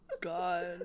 God